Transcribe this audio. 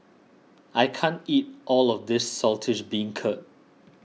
I can't eat all of this Saltish Beancurd